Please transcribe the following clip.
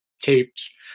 taped